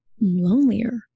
Lonelier